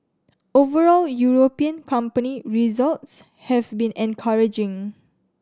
overall European company results have been encouraging